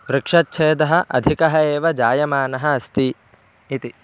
वृक्षच्छेदः अधिकः एव जायमानः अस्ति इति